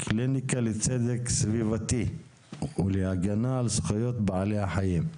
קליניקה לצדק סביבתי והגנה על זכויות בעלי החיים.